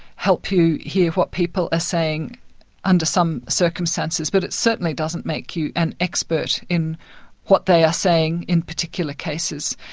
help you hear what people are saying under some circumstances, but it certainly doesn't make you an expert in what they are saying in particular cases.